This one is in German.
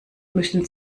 müssen